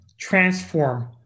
transform